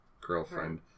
girlfriend